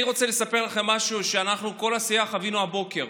אני רוצה לספר לכם משהו שאנחנו כל הסיעה חווינו הבוקר: